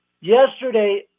Yesterday